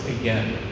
again